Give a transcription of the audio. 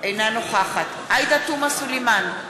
אינה נוכחת עאידה תומא סלימאן,